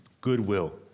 goodwill